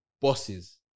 bosses